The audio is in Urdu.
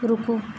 رکو